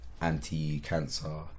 anti-cancer